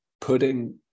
putting